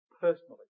personally